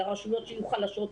לרשויות שיהיו חלשות?